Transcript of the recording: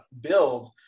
build